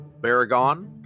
Baragon